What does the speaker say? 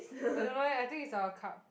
I don't know eh I think it's a cup